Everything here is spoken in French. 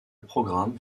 programme